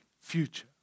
future